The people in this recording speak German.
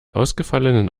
ausgefallenen